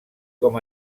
com